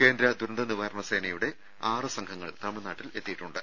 കേന്ദ്ര ദുരന്ത നിവാരണ സേനയുടെ ആറ് സംഘങ്ങൾ തമിഴ്നാട്ടിൽ എത്തിയിട്ടുണ്ട്